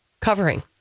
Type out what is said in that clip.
covering